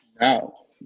No